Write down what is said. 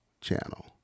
channel